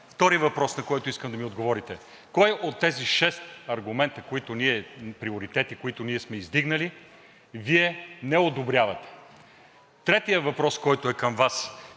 Втори въпрос, на който искам да ми отговорите: кой от тези шест приоритета, които ние сме издигнали, Вие не одобрявате? Третият въпрос, който е към Вас.